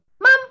Mom